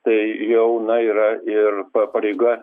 tai jau na yra ir pa pareiga